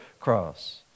cross